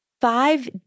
Five